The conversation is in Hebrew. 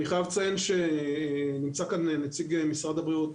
אני חייב לציין שנמצא כאן נציג משרד הבריאות,